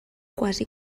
quasi